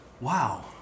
wow